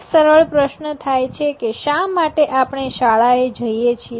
એક સરળ પ્રશ્ન થાય છે કે શા માટે આપણે શાળાએ જઈએ છીએ